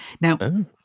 Now